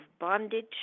bondage